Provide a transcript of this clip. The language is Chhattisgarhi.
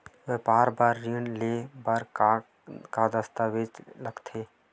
व्यापार बर ऋण ले बर का का दस्तावेज लगथे?